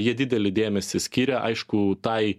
jie didelį dėmesį skiria aišku tai